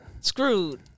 Screwed